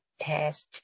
test